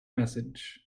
message